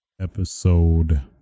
episode